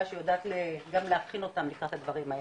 שיודעת גם להכין אותן לקראת הדברים האלה.